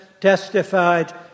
testified